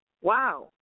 Wow